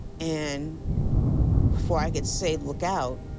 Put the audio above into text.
and before i could say, look out,